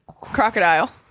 Crocodile